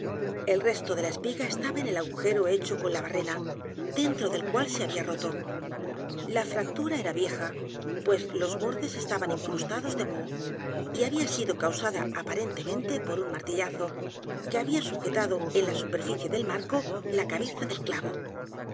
el resto de la espiga estaba en el agujero hecho con la barrena dentro del cual se había roto la fractura era vieja pues los bordes estaban incrustados de moho y había sido causada aparentemente por un martillazo que había sujetado en la superficie del marco la cabeza del clavo